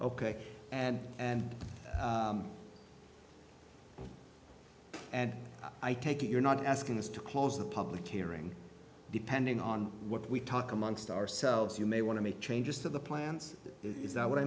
ok and i take it you're not asking us to close the public hearing depending on what we talk amongst ourselves you may want to make changes to the plans is that what